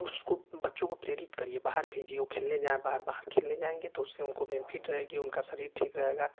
उसको बच्चों को प्रेरित करिए बाहर भेजिए उ खेलने जाए बाहर बाहर खेलने जाएंगे तो उससे उनको बेनिफिट रहेंगी उनका शरीर ठीक रहेगा